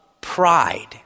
pride